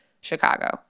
Chicago